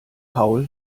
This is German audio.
paul